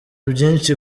byinshi